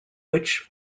which